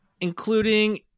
including